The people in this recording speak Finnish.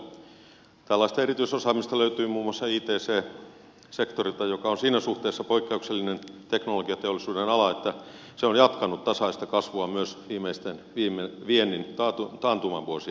tällaista erityisosaamista löytyy muun muassa ict sektorilta joka on siinä suhteessa poikkeuksellinen teknologiateollisuuden ala että se on jatkanut tasaista kasvuaan myös viimeisten viennin taantumavuosien aikana